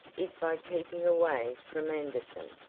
is by keeping away from anderson.